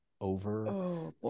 over